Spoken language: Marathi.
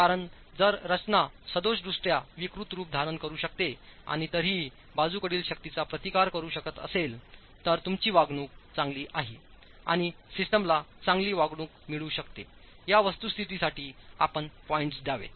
कारण जर रचना सदोषदृष्ट्या विकृत रूपधारणकरू शकतेआणि तरीही बाजूकडील शक्तींचा प्रतिकारकरू शकत असेल तरतुमची वागणूक चांगली आहे आणिसिस्टमला चांगली वागणूक मिळू शकते या वस्तुस्थितीसाठीआपण पॉईंट्स द्यावेत